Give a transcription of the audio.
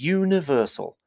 universal